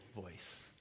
voice